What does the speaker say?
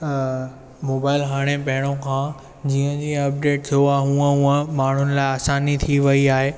अ mobile हाणे पहिरियों खां जीअं जीअं अपडेट थियो आहे हूंअ हूंअ माण्हुनि लाइ आसानी थी वई आहे